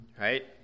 right